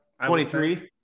23